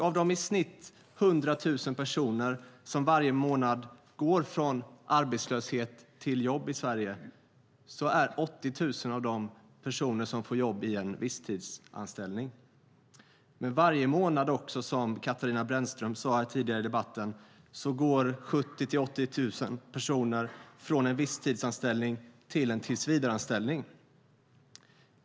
Av de i snitt 100 000 personer som varje månad går från arbetslöshet till jobb i Sverige får 80 000 jobb i en visstidsanställning. Men varje månad, som Katarina Brännström sade tidigare i debatten, går 70 000-80 000 personer från en visstidsanställning till en tillsvidareanställning.